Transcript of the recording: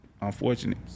unfortunate